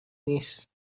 نیست